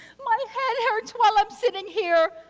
my head hurts while i'm sitting here.